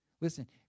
Listen